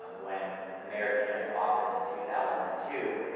um when the mayor came into office in two thousand and two,